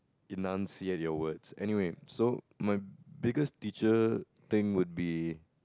enunciate your words anyway so my biggest teacher thing would be